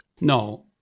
No